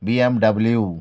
B M W